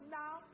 now